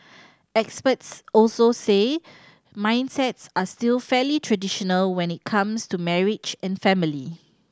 experts also say mindsets are still fairly traditional when it comes to marriage and family